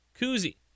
koozie